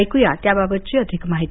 ऐकूया त्याबाबत अधिक माहिती